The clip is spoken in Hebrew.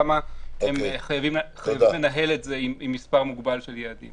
למה הם חייבים לנהל את זה עם מספר מוגבל של יעדים.